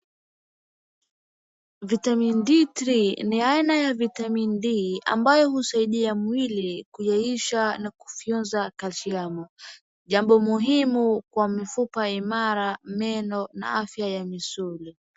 Vitamin D3, ni aina ya vitamin D ambayo husaidia mwili kuyeyusha na kufyonza kalsiamu. Jambo muhimu kwa mifupa imara, meno na afya ya misuli.